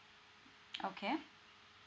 okay